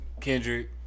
Kendrick